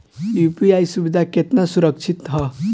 UPI सुविधा केतना सुरक्षित ह?